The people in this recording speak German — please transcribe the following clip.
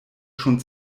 schon